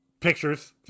pictures